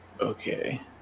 okay